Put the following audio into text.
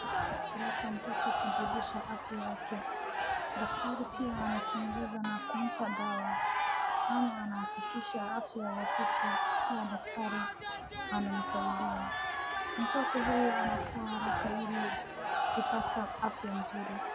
Mama anapeleka mtoto kumjulisha afya yake, daktari pia anamchunguza na kumpatia dawa. Mama anahakikisha afya ya mtoto, pia daktari anamsaidia. Mtoto huyu anapata afya nzuri.